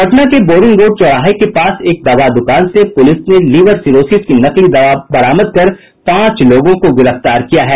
पटना के Boring Road चौराहे के पास एक दवा दुकान से पुलिस ने लीवर सिरोसिस की नकली दवा बरामद कर पांच लोगों को गिरफ्तार किया है